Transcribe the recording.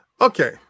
Okay